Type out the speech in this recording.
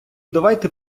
давайте